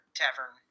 tavern